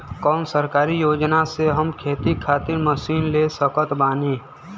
कौन सरकारी योजना से हम खेती खातिर मशीन ले सकत बानी?